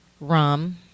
rum